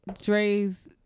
Dre's